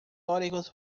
históricos